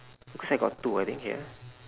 because I got two I think here